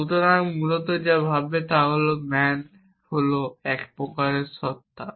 সুতরাং মূলত যা বলবে তা হল ম্যান হল এক শ্রেণীর সত্তা